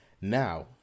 now